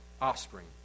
offspring